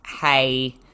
hey